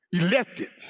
elected